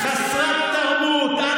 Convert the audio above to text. חסרת תרבות.